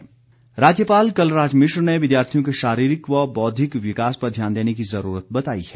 राज्यपाल राज्यपाल कलराज मिश्र ने विद्यार्थियों के शारीरिक व बौद्विक विकास पर ध्यान देने की जरूरत बताई है